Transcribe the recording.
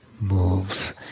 moves